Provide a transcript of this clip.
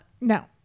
No